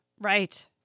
Right